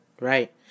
Right